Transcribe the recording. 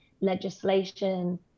legislation